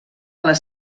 les